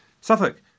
Suffolk